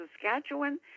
Saskatchewan